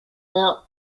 mount